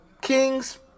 Kings